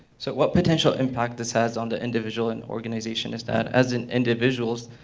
so what potential impact this has on the individual and organization is that as an individual,